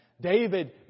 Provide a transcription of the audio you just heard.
David